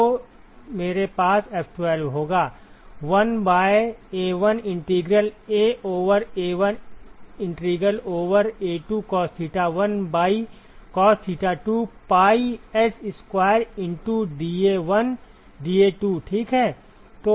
तो तो मेरे पास F12 होगा 1 by A1 integral A over A1 integral over A2 cos θ 1 by cos θ 2 pi S square into dA1 dA2 ठीक है